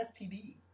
STD